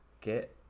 get